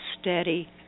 steady